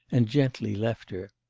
and gently left her.